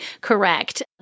correct